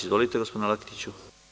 Izvolite gospodine Laketiću.